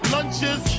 Lunches